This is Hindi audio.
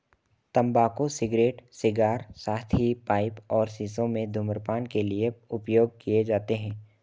तंबाकू सिगरेट, सिगार, साथ ही पाइप और शीशों में धूम्रपान के लिए उपयोग किए जाते हैं